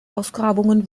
ausgrabungen